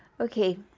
okay